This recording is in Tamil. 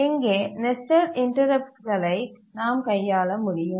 இங்கே நெஸ்டட் இன்டரப்ட்டுகளை நாம் கையாள முடியும்